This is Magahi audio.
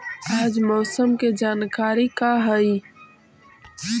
आज मौसम के जानकारी का हई?